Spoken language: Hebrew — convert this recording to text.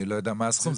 אני לא יודע מה הסכום,